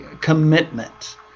commitment